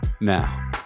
Now